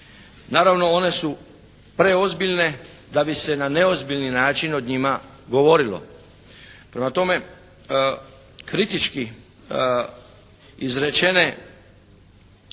Naravno one su preozbiljne da bi se na neozbiljni način o njima govorilo. Prema tome kritički izrečene